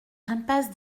impasse